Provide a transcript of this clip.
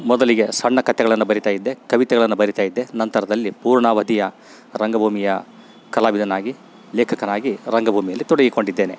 ಮೊದಲಿಗೆ ಸಣ್ಣ ಕತೆಗಳನ್ನು ಬರಿತಾಯಿದ್ದೆ ಕವಿತೆಗಳನ್ನು ಬರಿತಾಯಿದ್ದೆ ನಂತರದಲ್ಲಿ ಪೂರ್ಣಾವಧಿಯ ರಂಗಭೂಮಿಯ ಕಲಾವಿದನಾಗಿ ಲೇಖಕನಾಗಿ ರಂಗಭೂಮಿಯಲ್ಲಿ ತೊಡಗಿಕೊಂಡಿದ್ದೇನೆ